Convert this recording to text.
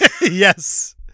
yes